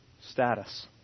status